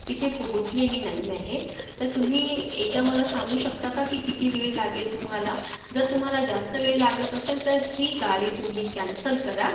इथे पोहचलेली नाही आहे तर तुम्ही एकदा मला सांगू शकता का की किती वेळ लागेल तुम्हाला जर तुम्हाला जास्त वेळ लागत असेल तर ही गाडी तुम्ही कॅन्सल करा